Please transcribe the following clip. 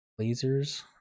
lasers